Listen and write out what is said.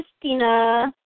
Christina